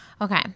Okay